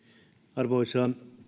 arvoisa